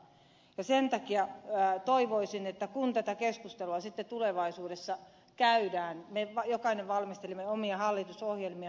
ja sen takia toivoisin että kun tätä keskustelua sitten tulevaisuudessa käydään niin me jokainen valmistelemme omia hallitusohjelmiamme